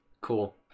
Cool